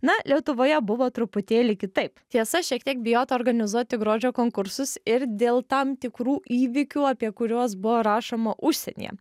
na lietuvoje buvo truputėlį kitaip tiesa šiek tiek bijota organizuoti grožio konkursus ir dėl tam tikrų įvykių apie kuriuos buvo rašoma užsienyje